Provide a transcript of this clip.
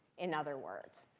in other words.